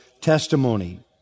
testimony